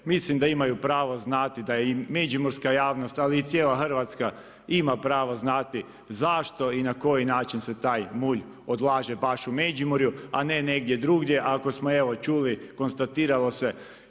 Mislim da imaju pravo znati, da i međimurska javnost, ali i cijela Hrvatska ima pravo znati, zašto i na koji način se taj mulj odlaže baš u Međimurju, a ne negdje drugdje, ako smo evo čuli, konstatiralo se.